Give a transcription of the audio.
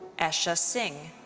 esha singh.